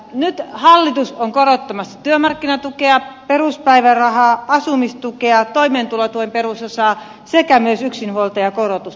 nyt hallitus on korottamassa työmarkkinatukea peruspäivärahaa asumistukea toimeentulotuen perusosaa sekä myös yksinhuoltajakorotusta